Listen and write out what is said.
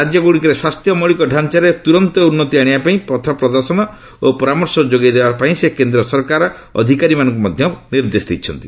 ରାଜ୍ୟ ଗୁଡ଼ିକରେ ସ୍ୱାସ୍ଥ୍ୟ ମୌଳିକ ଢାଞ୍ଚାରେ ତୁରନ୍ତ ଉନ୍ନତି ଆଶିବା ପାଇଁ ପଥ ପ୍ରଦର୍ଶନ ଓ ପରାମର୍ଶ ଯୋଗାଇ ଦେବା ପାଇଁ ସେ କେନ୍ଦ୍ର ସରକାର ଅଧିକାରୀମାନଙ୍କୁ ମଧ୍ୟ ନିର୍ଦ୍ଦେଶ ଦେଇଛନ୍ତି